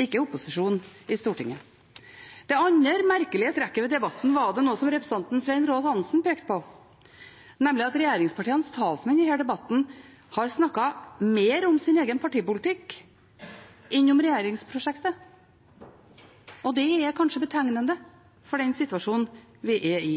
ikke opposisjonen i Stortinget. Det andre merkelige trekket ved debatten er noe som representanten Svein Roald Hansen har pekt på, nemlig at regjeringspartienes talspersoner i denne debatten har snakket mer om sin egen partipolitikk enn om regjeringsprosjektet. Og det er kanskje betegnende for den situasjonen vi er i.